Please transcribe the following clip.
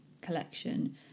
collection